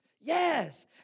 Yes